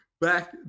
Back